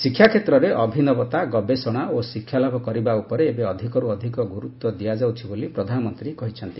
ଶିକ୍ଷା କ୍ଷେତ୍ରରେ ଅଭିନବତା ଗବେଷଣା ଓ ଶିକ୍ଷାଲାଭ କରିବା ଉପରେ ଏବେ ଅଧିକରୁ ଅଧିକ ଗୁରୁତ୍ୱ ଦିଆଯାଉଛି ବୋଲି ପ୍ରଧାନମନ୍ତ୍ରୀ କହିଛନ୍ତି